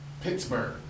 Pittsburgh